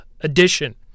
edition